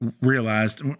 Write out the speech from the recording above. realized